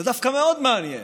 זה דווקא מאוד מעניין,